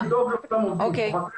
בבקשה.